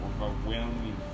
overwhelming